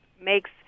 makes